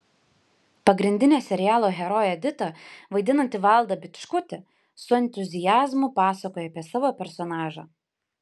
pagrindinę serialo heroję editą vaidinanti valda bičkutė su entuziazmu pasakoja apie savo personažą